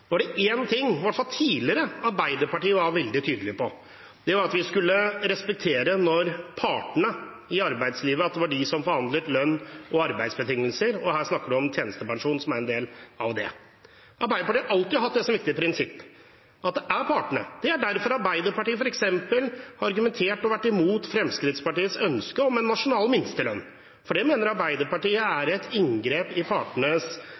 var det at vi skulle respektere at det var partene i arbeidslivet som skulle forhandle om lønns- og arbeidsbetingelser, og her er det snakk om tjenestepensjon, som er en del av det. Arbeiderpartiet har alltid hatt det som et viktig prinsipp – at det er partene som skal forhandle. Det er derfor Arbeiderpartiet f.eks. har argumentert imot og vært imot Fremskrittspartiets ønske om en nasjonal minstelønn, for det mener Arbeiderpartiet er et inngrep i partenes